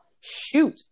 Shoot